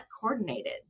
coordinated